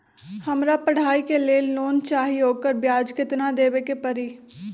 हमरा पढ़ाई के लेल लोन चाहि, ओकर ब्याज केतना दबे के परी?